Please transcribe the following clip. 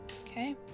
okay